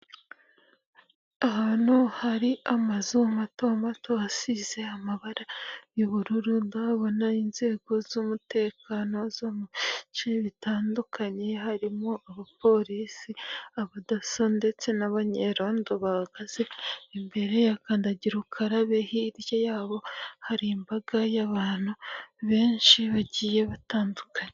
Ahantu hari amazu mato mato asize amabara y'ubururu, ndahabona inzego z'umutekano zo mu bice bitandukanye, harimo abapolisi, abadaso, ndetse n'abanyerondo bahagaze imbere ya kandagira ukarabe, hirya yabo hari imbaga y'abantu benshi bagiye batandukanye.